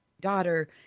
daughter